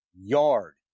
yard